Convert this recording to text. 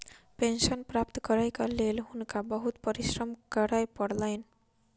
pension प्राप्त करैक लेल हुनका बहुत परिश्रम करय पड़लैन